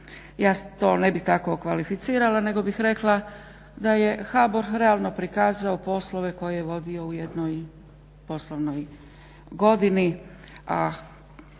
ja to ne bih tako okvalificirala, nego bih rekla da je HBOR realno prikazao poslove koje je vodio u jednoj poslovnoj godini